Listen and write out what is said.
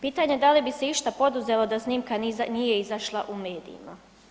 Pitanje je da li bi se išta poduzelo da snimka nije izašla u medijima.